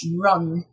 Run